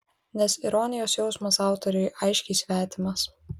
nes ironijos jausmas autoriui aiškiai svetimas